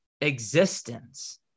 existence